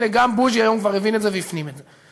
הנה, גם בוז'י היום כבר הבין את זה והפנים את זה.